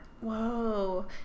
Whoa